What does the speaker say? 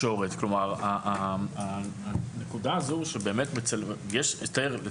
כלומר, תמיד יש את הגבול הזה.